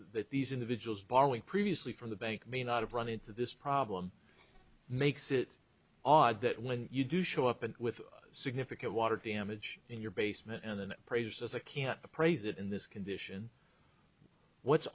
that these individuals borrowing previously from the bank may not have run into this problem makes it odd that when you do show up and with significant water damage in your basement and then praised as a can't appraise it in this condition what's